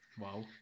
Wow